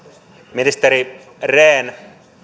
ministeri rehn